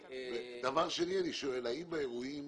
דבר שני, אני שואל, באירועים